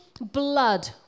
blood